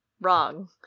wrong